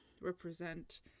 represent